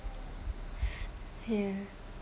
ya